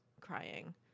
crying